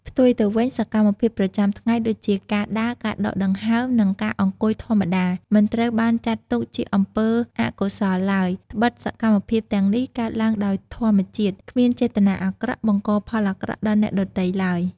ផ្ទុយទៅវិញ សកម្មភាពប្រចាំថ្ងៃដូចជា ការដើរ ការដកដង្ហើម និងការអង្គុយធម្មតា មិនត្រូវបានចាត់ទុកជាអំពើអកុសលឡើយ ដ្បិតសកម្មភាពទាំងនេះកើតឡើងដោយធម្មជាតិ គ្មានចេតនាអាក្រក់ បង្កផលអាក្រក់ដល់អ្នកដទៃឡើយ។